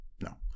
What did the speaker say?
No